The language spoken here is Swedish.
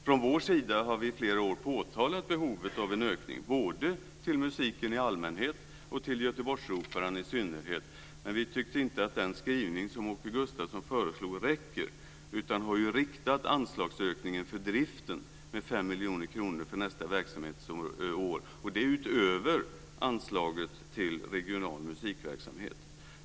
Från vår sida har vi i flera år påtalat behovet av en ökning både till musiken i allmänhet och till Göteborgsoperan i synnerhet. Men vi tyckte inte att den skrivning som Åke Gustavsson föreslog räckte utan har riktat anslagsökningen för driften med 5 miljoner kronor för nästa verksamhetsår, och det är utöver anslaget till regional musikverksamhet.